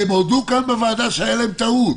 והם הודו כאן בוועדה שהייתה להם טעות,